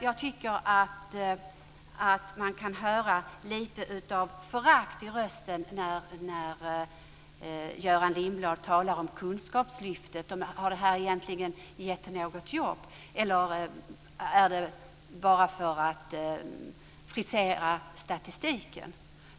Jag tycker att det låter på rösten som att det finns lite av förakt hos Göran Lindblad när han talar om Kunskapslyftet och om det egentligen har gett några jobb eller om det är till bara för att frisera statistiken.